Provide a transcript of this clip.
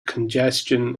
congestion